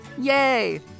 yay